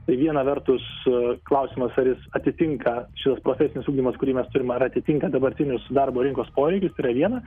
tai viena vertus klausimas ar jis atitinka šitas profesinis ugdymas kurį mes turim ar atitinka dabartinius darbo rinkos poreikius tai yra viena